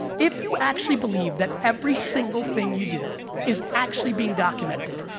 if you actually believe that every single thing you do is actually being documented,